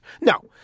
No